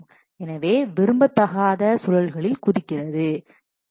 எனவே விரும்பத்தகாத சுழல்களில் குதிக்கிறது